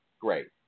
Great